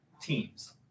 teams